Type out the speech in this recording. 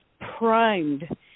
primed